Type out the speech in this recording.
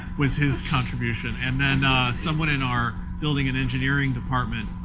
was his contribution. and then someone in our building in engineering department